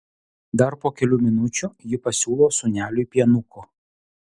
dar po kelių minučių ji pasiūlo sūneliui pienuko